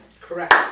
Correct